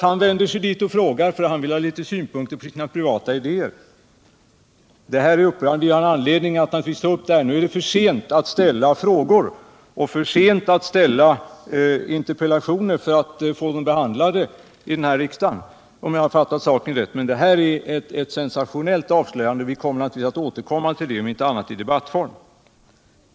Han vänder sig dit och frågar för att få litet synpunkter på sina privata idéer. Detta är upprörande. Det är ett sensationellt avslöjande, och vi skall återkomma till det, om inte annat så i debattform. Nu är det för sent att ställa frågor och att väcka interpellationer för att få dem behandlade under det här riksmötet.